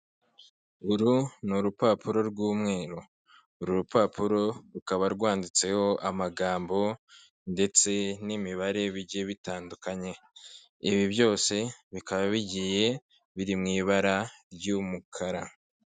Uru ni urupapuro rw'umweru, uru rupapuro rukaba rwanditseho amagambo ndetse n'imibare bigiye bitandukanye, ibi byose bikaba bigiye biri mu ibara ry'umukara.